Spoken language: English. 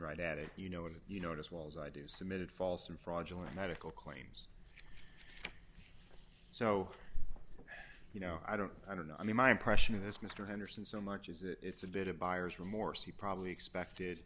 right at it you know if you noticed was i do submitted false and fraudulent medical claims so you know i don't i don't know i mean my impression of this mr henderson so much is it's a bit of buyer's remorse he probably expected